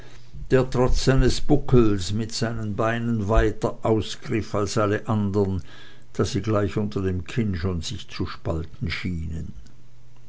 der trotz seines buckels mit seinen beinen weiter ausgriff als alle andern da sie gleich unter dem kinn schon sich zu spalten schienen